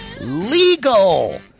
legal